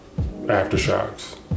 aftershocks